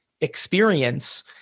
experience